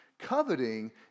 coveting